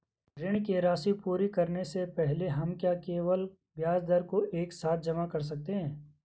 ऋण की राशि पूरी करने से पहले हम क्या केवल ब्याज दर को एक साथ जमा कर सकते हैं?